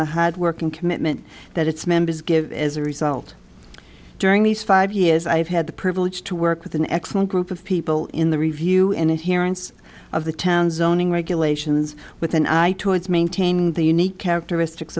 the hard work and commitment that its members give as a result during these five years i have had the privilege to work with an excellent group of people in the review and inherence of the town zoning regulations with an eye towards maintaining the unique characteristics